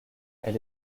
elle